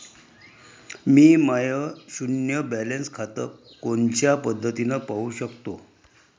मी my शुन्य balance खातं कोनच्या पद्धतीनं पाहू शकतो?